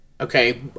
okay